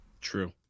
True